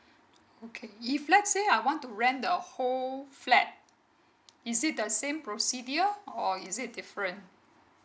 okay if let's say I want to rent the whole flat is it the same procedure or is it different